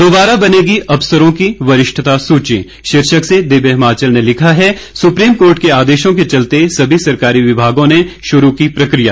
दोबारा बनेगी अफसरों की वरिष्ठता सूची शीर्षक से दिव्य हिमाचल ने लिखा है सुप्रीम कोर्ट के आदेशों के चलते सभी सरकारी विमागों ने शुरू की प्रकिया